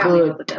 Good